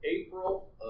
April